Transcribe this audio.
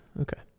Okay